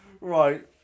right